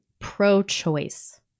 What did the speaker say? pro-choice